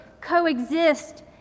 coexist